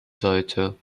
sollte